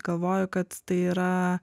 galvoju kad tai yra